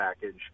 package